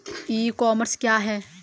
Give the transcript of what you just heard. ई commerce क्या है?